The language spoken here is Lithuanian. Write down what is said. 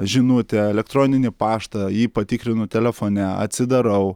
žinutę elektroninį paštą jį patikrinu telefone atsidarau